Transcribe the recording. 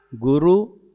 Guru